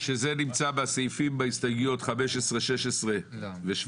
שזה נמצא בסעיפים בהסתייגויות, 15, 16 ו-17.